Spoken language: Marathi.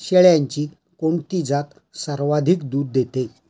शेळ्यांची कोणती जात सर्वाधिक दूध देते?